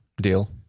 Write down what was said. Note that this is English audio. Deal